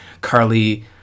Carly